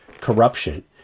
corruption